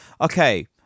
Okay